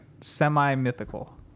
Semi-mythical